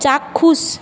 চাক্ষুষ